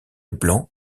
blanc